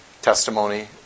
Testimony